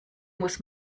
muss